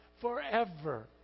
forever